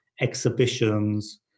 exhibitions